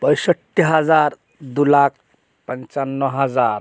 পঁয়ষট্টি হাজার দু লাখ পাঞ্চান্ন হাজার